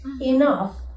enough